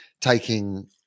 taking